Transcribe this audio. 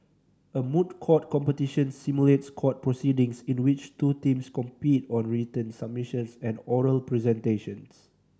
a moot court competition simulates court proceedings in which two teams compete on written submissions and oral presentations